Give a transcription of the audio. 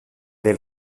del